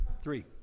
Three